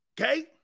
Okay